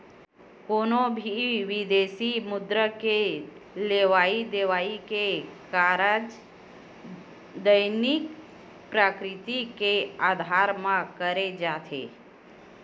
कोनो भी बिदेसी मुद्रा के लेवई देवई के कारज दैनिक प्रकृति के अधार म करे जाथे